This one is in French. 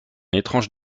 étrange